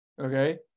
okay